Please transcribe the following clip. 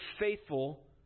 faithful